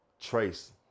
trace